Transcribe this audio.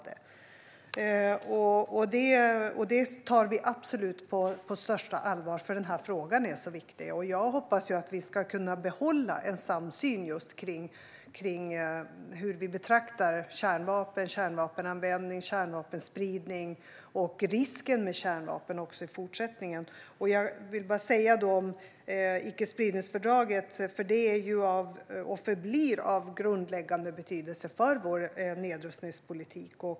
Det tar vi absolut på största allvar, för den här frågan är viktig. Jag hoppas att vi också i fortsättningen ska kunna behålla en samsyn på hur vi betraktar kärnvapen, kärnvapenanvändning, kärnvapenspridning och risken med kärnvapen. Jag vill också säga att icke-spridningsfördraget är och förblir av grundläggande betydelse för vår nedrustningspolitik.